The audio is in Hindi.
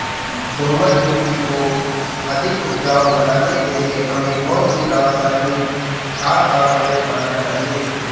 दोमट मिट्टी को अधिक उपजाऊ बनाने के लिए हमें कौन सी रासायनिक खाद का प्रयोग करना चाहिए?